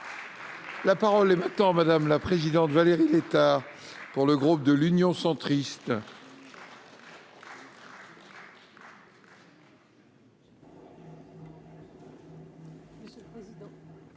La parole est maintenant, madame la présidente, Valérie Létard, pour le groupe de l'Union centriste.